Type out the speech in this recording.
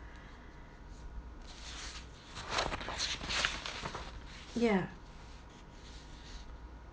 ya